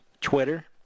Twitter